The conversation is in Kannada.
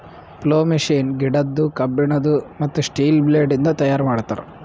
ಪ್ಲೊ ಮಷೀನ್ ಗಿಡದ್ದು, ಕಬ್ಬಿಣದು, ಮತ್ತ್ ಸ್ಟೀಲ ಬ್ಲೇಡ್ ಇಂದ ತೈಯಾರ್ ಮಾಡ್ತರ್